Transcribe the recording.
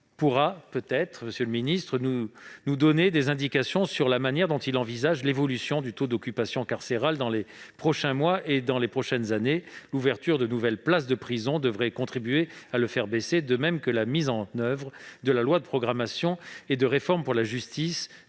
Gouvernement pourrait nous donner des indications sur la manière dont il envisage l'évolution du taux d'occupation carcérale dans les prochains mois et dans les prochaines années. L'ouverture de nouvelles places de prison devrait contribuer à le faire baisser, de même que la mise en oeuvre de la loi du 23 mars 2019 de programmation 2018-2022 et de réforme pour la justice,